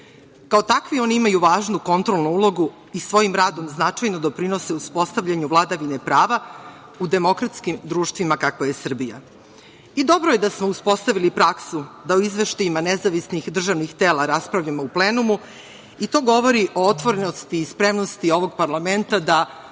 Kao takvi oni imaju važnu kontrolnu ulogu i svojim radom značajno doprinose uspostavljanju vladavine prava u demokratskim društvima, kakva je Srbija. Dobro je da smo uspostavili praksu da o izveštajima nezavisnih državnih tela raspravljamo u plenumu i to govori o otvorenosti i spremnosti ovog parlamenta da